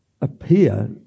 appear